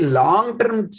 long-term